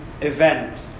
event